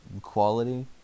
quality